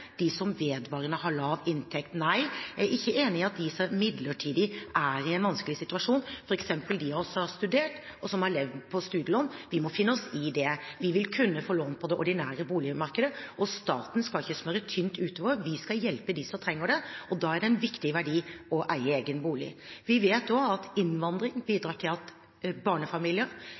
som vedvarende har lav inntekt. Nei, jeg er ikke enig i at det skal gjelde dem som midlertidig er i en vanskelig situasjon, f.eks. de av oss som har studert, og som har levd på studielån – vi må finne oss i det, vi vil kunne få lån på det ordinære boligmarkedet. Og staten skal ikke smøre tynt utover; vi skal hjelpe dem som trenger det, og da er det en viktig verdi å eie egen bolig. Vi vet også at innvandring bidrar til at